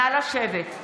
נא לשבת.